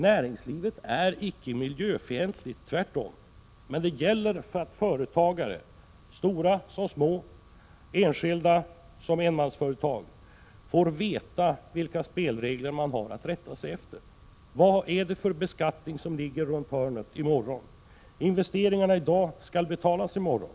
Näringslivet är icke miljöfientligt, tvärtom, men det gäller att företagare, stora som små, enskilda som enmansföretag, får veta vilka spelregler de har att rätta sig efter. Vilken beskattning ligger runt hörnet? Investeringar som görs i dag skall betalas i morgon.